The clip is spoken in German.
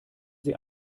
sie